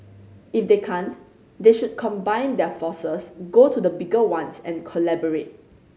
if they can't they should combine their forces go to the bigger ones and collaborate